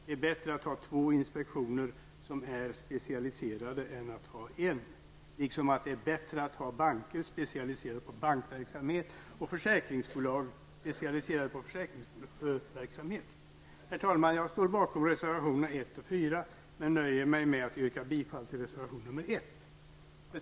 Det är bättre att ha två inspektioner som är specialiserade än att ha en, liksom att det är bättre att ha banker specialiserade på bankverksamhet och försäkringsbolag specialiserade på försäkringverksamhet. Herr talman! Jag står bakom reservationerna 1 och 4 men nöjer mig med att yrka bifall reservation nr 1.